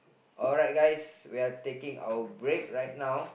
alright guys we are taking our break right now